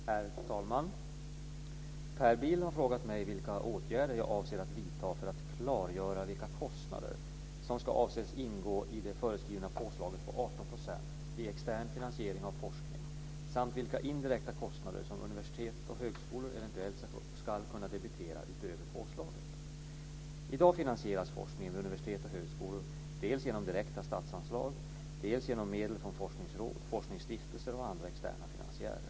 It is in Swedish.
Herr talman! Per Bill har frågat mig vilka åtgärder jag avser att vidta för att klargöra vilka kostnader som ska anses ingå i det föreskrivna påslaget på 18 % vid extern finansiering av forskning samt vilka indirekta kostnader som universitet och högskolor eventuellt ska kunna debitera utöver påslaget. I dag finansieras forskningen vid universitet och högskolor dels genom direkta statsanslag, dels genom medel från forskningsråd, forskningsstiftelser och andra externa finansiärer.